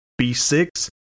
B6